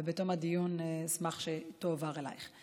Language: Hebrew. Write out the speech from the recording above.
ובתום הדיון אשמח שהיא תועבר אלייך.